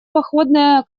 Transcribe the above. походная